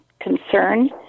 concern